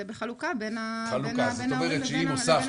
זה בחלוקה בין ההורים לבין המדינה.